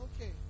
okay